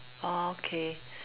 ah okay